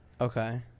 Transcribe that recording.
Okay